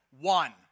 One